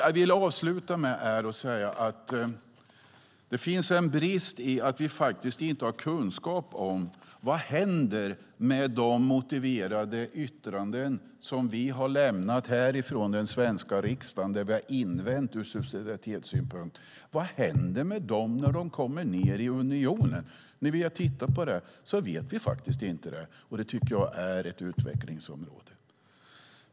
Jag vill avsluta med att säga att det är en brist att vi inte har kunskap om vad som händer med de motiverade yttranden som vi från den svenska riksdagen lämnat och där vi haft invändningar ur subsidiaritetssynpunkt. Vad händer med dem när de kommer ned till unionen? Vi har tittat på det, och vi vet faktiskt inte vad som händer. Det tycker jag är ett utvecklingsområde.